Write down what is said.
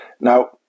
Now